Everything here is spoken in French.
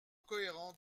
cohérent